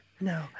No